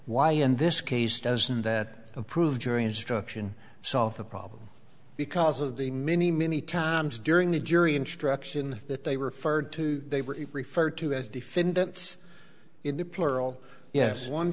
why in this case doesn't that prove jury instruction solve the problem because of the many many times during the jury instruction that they referred to they were referred to as defendants